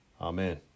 Amen